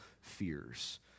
fears